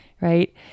right